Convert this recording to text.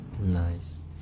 Nice